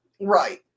Right